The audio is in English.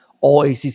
all-ACC